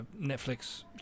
Netflix